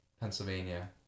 Pennsylvania